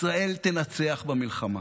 ישראל תנצח במלחמה,